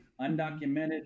undocumented